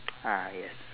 ah yes